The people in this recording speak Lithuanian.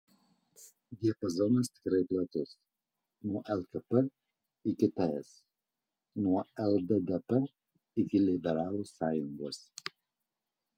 diapazonas tikrai platus nuo lkp iki ts nuo lddp iki liberalų sąjungos